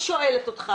אני שואלת אותך,